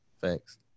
Thanks